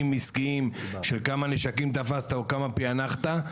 עסקיים של כמה נשקים תפסת או כמה פענחת,